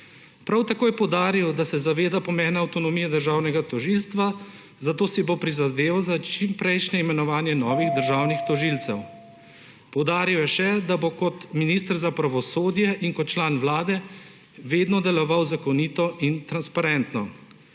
Prav tako je poudaril, da se zaveda pomena avtonomije državnega tožilstva, zato si bo prizadeval za čim prejšnje imenovanje novih državnih tožilcev. Poudaril je še, da bo kot minister za pravosodje in kot član vlade vedno deloval zakonito in transparentno.